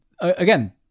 Again